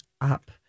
up